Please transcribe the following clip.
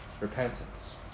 repentance